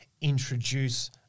introduce